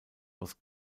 was